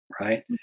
right